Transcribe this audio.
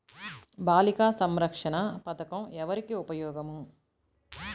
బాలిక సంరక్షణ పథకం ఎవరికి ఉపయోగము?